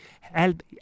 Help